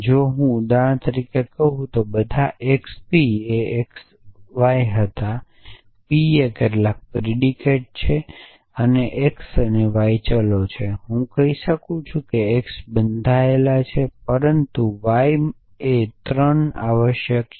જો હું ઉદાહરણ તરીકે કહું તો બધા xp એ xy હતા p એ કેટલાક પ્રિડીકેટ છે અને x અને y ચલો છે હું કહી શકું છું કે x બંધાયેલ છે પરંતુ y એ 3 આવશ્યક છે